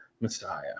Messiah